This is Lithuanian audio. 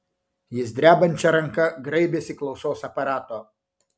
jis drebančia ranka graibėsi klausos aparato